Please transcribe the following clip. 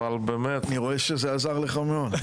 אני לא אחזור על כל מה שנאמר פה,